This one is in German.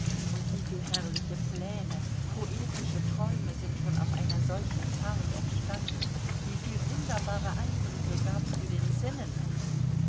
und wieviel herrliche pläne poetische träume sind schon auf einer solchen fahrt entstanden wieviel wunderbare eindrücke gabst du den sinnen